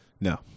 No